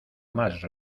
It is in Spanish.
mas